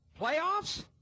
playoffs